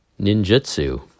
ninjutsu